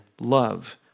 love